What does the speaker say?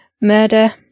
murder